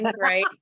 right